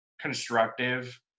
constructive